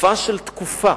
סופה של תקופה.